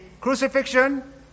crucifixion